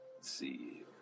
see